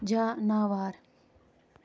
جاناوار